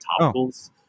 topicals